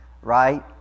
right